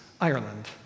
Ireland